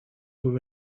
were